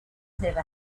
never